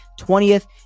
20th